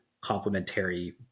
complementary